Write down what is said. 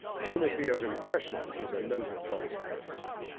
unity of impression is a note of what is perfect,